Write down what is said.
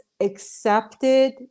accepted